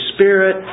Spirit